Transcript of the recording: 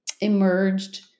emerged